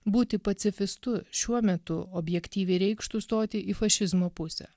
būti pacifistu šiuo metu objektyviai reikštų stoti į fašizmo pusę